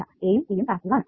a യും c യും passive ആണ്